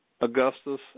Augustus